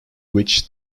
which